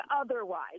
otherwise